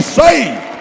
saved